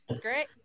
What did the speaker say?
great